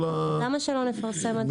למה שלא נפרסם, אדוני?